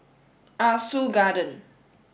Ah Soo Garden